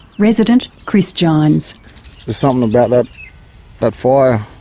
resident chris gines. there's something about that but fire,